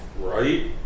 Right